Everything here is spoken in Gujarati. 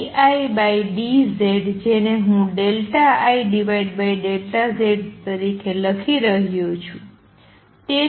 dIdZ જેને હું IΔZ તરીકે લખી રહ્યો છું